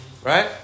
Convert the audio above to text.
Right